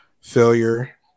failure